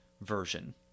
version